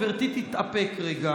גברתי תתאפק רגע,